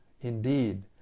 Indeed